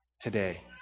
today